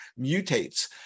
mutates